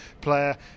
player